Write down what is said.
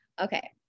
Okay